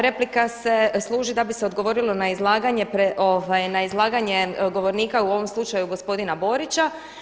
Replika se služi da bi se odgovorilo na izlaganje govornika u ovom slučaju gospodina Borića.